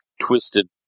twisted